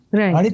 right